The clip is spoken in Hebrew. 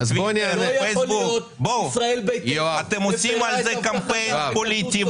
לא יכול להיות שישראל ביתנו --- אתם עושים על זה קמפיין פוליטי,